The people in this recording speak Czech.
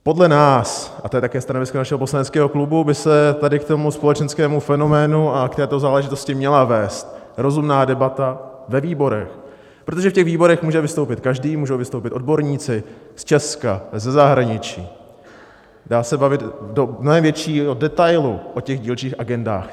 Podle nás, a to je také stanovisko našeho poslaneckého klubu, by se tady k tomu společenskému fenoménu a k této záležitosti měla vést rozumná debata ve výborech, protože ve výborech může vystoupit každý, můžou vystoupit odborníci z Česka, ze zahraničí, dá se bavit do mnohem většího detailu o dílčích agendách.